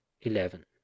eleven